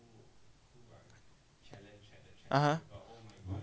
(uh huh)